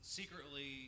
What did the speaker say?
secretly